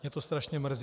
Mě to strašně mrzí.